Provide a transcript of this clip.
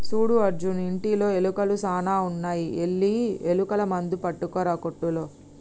సూడు అర్జున్ ఇంటిలో ఎలుకలు సాన ఉన్నాయి వెళ్లి ఎలుకల మందు పట్టుకురా కోట్టులో